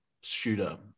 shooter